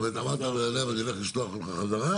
זאת אומרת אמרת לבן אדם: אני הולך לשלוח אותך חזרה,